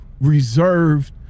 reserved